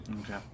Okay